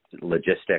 logistics